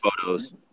photos